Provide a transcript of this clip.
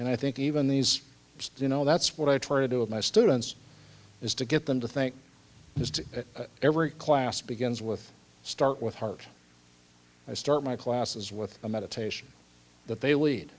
and i think even these you know that's what i try to do with my students is to get them to think this to every class begins with start with heart i start my classes with a meditation that they lead